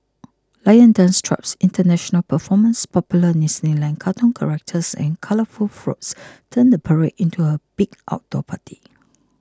lion dance troupes international performers popular Disneyland cartoon characters and colourful floats turn the parade into a big outdoor party